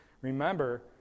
Remember